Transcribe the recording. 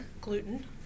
gluten